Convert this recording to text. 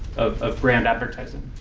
of ah brand advertising.